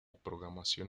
programación